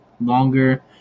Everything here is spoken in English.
longer